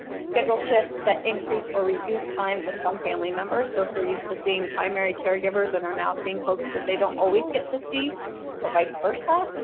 scheduled shifts that increase or reduce time with some family members, so if they're used to seeing primary caregivers and are now seeing folks that they don't always get to see or vice versa.